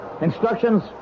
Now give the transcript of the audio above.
Instructions